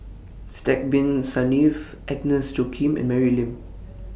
Sidek Bin Saniff Agnes Joaquim and Mary Lim